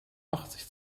achtzig